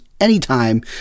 anytime